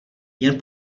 jen